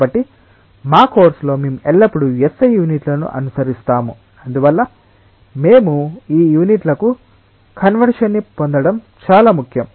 కాబట్టి మా కోర్సులో మేము ఎల్లప్పుడూ SI యూనిట్లను అనుసరిస్తాము అందువల్ల మేము ఈ యూనిట్లకు కన్వర్షన్ ని పొందడం చాలా ముఖ్యం